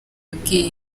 yabwiye